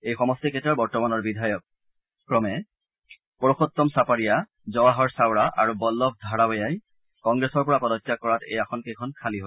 এই সমষ্টি কেইটাৰ বৰ্তমানৰ বিধেয়ক ক্ৰমে পৰষোত্তম চাপাৰিয়া জৱাহৰ চাওৰা আৰু বল্লভ ধাৰাৱিয়াই কংগ্ৰেছৰ পৰা পদত্যাগ কৰাত এই আসনকেইখন খালী হৈছে